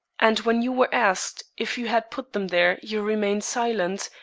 and when you were asked if you had put them there you remained silent,